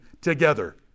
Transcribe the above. together